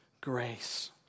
grace